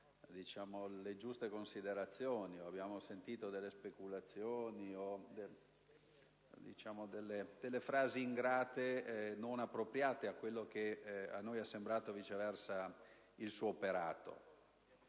giuste considerazioni, ma piuttosto delle speculazioni o delle frasi ingrate non appropriate a quello che a noi è sembrato il suo operato.